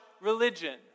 religion